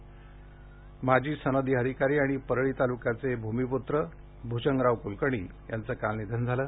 निधन माजी सनदी अधिकारी आणि परळी तालुक्याचे भ्मीप्त्र भ्जंगराव क्लकर्णी यांचं काल निधन झालं